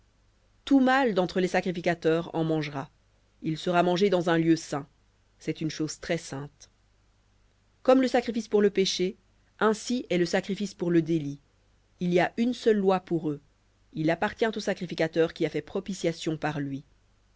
tout mâle d'entre les sacrificateurs en mangera il sera mangé dans un lieu saint c'est une chose très-sainte comme le sacrifice pour le péché ainsi est le sacrifice pour le délit il y a une seule loi pour eux il appartient au sacrificateur qui a fait propitiation par lui